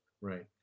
right